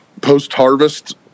post-harvest